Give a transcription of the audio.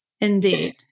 Indeed